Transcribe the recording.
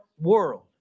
world